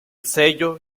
sello